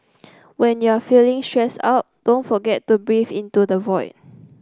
when you are feeling stressed out don't forget to breathe into the void